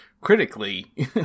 critically